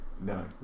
no